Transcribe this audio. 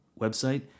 website